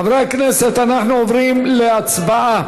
חברי הכנסת, אנחנו עוברים להצבעה.